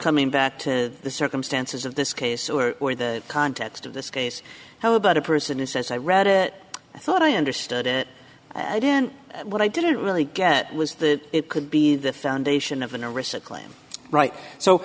coming back to the circumstances of this case or or the context of this case how about a person who says i read it i thought i understood it i didn't what i didn't really get was that it could be the foundation of